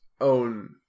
own